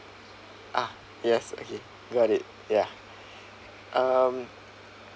ah yes okay got it ya um